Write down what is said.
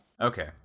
Okay